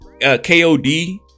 KOD